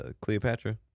Cleopatra